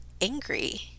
angry